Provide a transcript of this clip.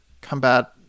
combat